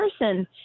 person